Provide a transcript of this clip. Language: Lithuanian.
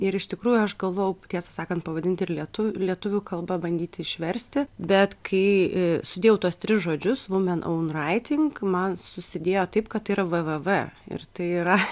ir iš tikrųjų aš galvojau tiesą sakant pavadinti ir lietuvių lietuvių kalba bandyti išversti bet kai sudėjau tuos tris žodžius vomen ovn raiting man susidėjo taip kad tai yra v v v ir tai yra